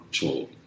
told